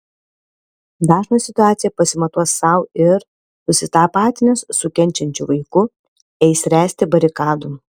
dažnas situaciją pasimatuos sau ir susitapatinęs su kenčiančiu vaiku eis ręsti barikadų